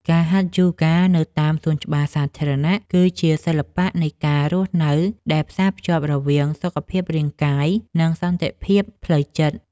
ការហាត់យូហ្គានៅតាមសួនច្បារសាធារណៈ គឺជាសិល្បៈនៃការរស់នៅដែលផ្សារភ្ជាប់រវាង សុខភាពរាងកាយ និងសន្តិភាពផ្លូវចិត្ត។